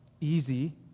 easy